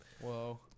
Whoa